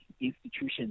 institutions